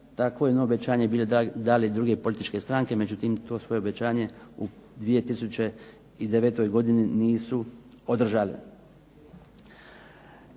takvo jedno obećanje bile dale i druge političke stranke. Međutim, to svoje obećanje u 2009. godini nisu održale.